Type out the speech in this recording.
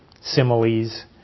similes